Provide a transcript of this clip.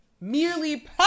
merely